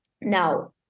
Now